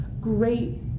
great